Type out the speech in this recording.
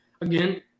Again